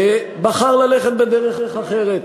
שבחר ללכת בדרך אחרת,